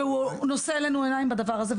והוא נושא אלינו עיניים בדבר הזה.